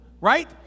Right